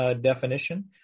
definition